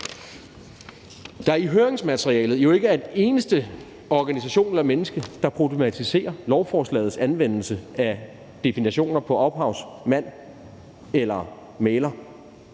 der i høringsmaterialet jo ikke er en eneste organisation eller et eneste menneske, der problematiserer lovforslagets anvendelse af definitioner på ophavsmand eller mægler.